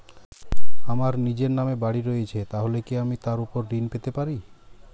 আমার নিজের নামে বাড়ী রয়েছে তাহলে কি আমি তার ওপর ঋণ পেতে পারি?